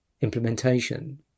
Implementation